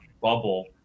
bubble